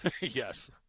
Yes